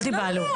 אל תיבהלו.